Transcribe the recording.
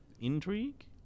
intrigue